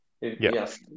Yes